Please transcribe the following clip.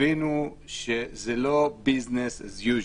הבינו שזה לא business as usual.